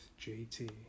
JT